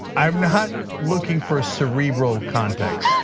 i'm not looking for a cerebral context,